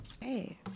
Hey